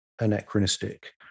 anachronistic